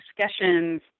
discussions